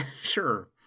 Sure